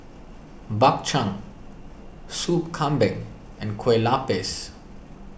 Bak Chang Sop Kambing and Kueh Lopes